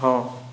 ହଁ